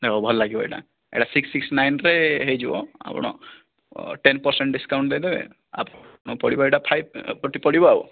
ଦେଖ ଭଲ ଲାଗିବ ଏଇଟା ଏଇଟା ସିକ୍ସ ସିକ୍ସ ନାଇନରେ ହେଇଯିବ ଆପଣ ଟେନ୍ ପରସେଣ୍ଟ ଡିସ୍କାଉଣ୍ଟ ଦେଇଦେବେ ଆପଣଙ୍କୁ ପଡ଼ିବ ଏଇଟା ଫାଇଭ ଫୋର୍ଟି ପଡ଼ିବ ଆଉ